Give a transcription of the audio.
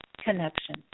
Connection